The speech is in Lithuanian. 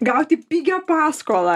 gauti pigią paskolą